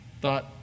thought